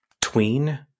tween